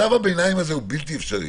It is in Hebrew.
מצב הביניים הזה הוא בלתי אפשרי.